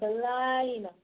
blind